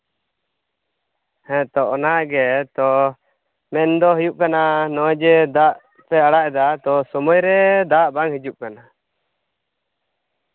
ᱦᱮᱸᱛᱚ ᱚᱱᱟ ᱜᱮ ᱛᱚ ᱢᱮᱱᱫᱚ ᱦᱩᱭᱩᱜ ᱠᱟᱱᱟ ᱱᱚᱜᱼᱚᱭ ᱡᱮ ᱫᱟᱜ ᱯᱮ ᱟᱲᱟᱜᱫᱟ ᱛᱚ ᱥᱚᱢᱚᱭ ᱨᱮ ᱫᱟᱜ ᱵᱟᱝ ᱦᱤᱡᱩᱜ ᱠᱟᱱᱟ